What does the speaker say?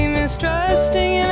mistrusting